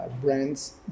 brands